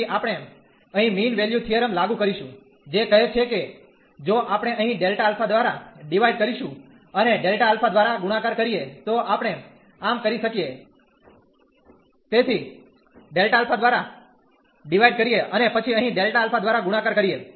તેથી આપણે અહીં મીન વેલ્યુ થીયરમ લાગુ કરીશું જે કહે છે કે જો આપણે અહીં Δ α દ્વારા ડીવાઇડ કરીશું અને Δ α દ્વારા ગુણાકાર કરીએ તો આપણે આમ કરી શકીએ તેથી Δ α દ્વારા ડીવાઇડ કરીએ અને પછી અહીં Δ α દ્વારા ગુણાકાર કરીએ